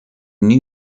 new